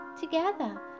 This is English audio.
Together